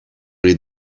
les